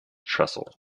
trestle